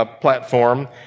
platform